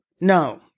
no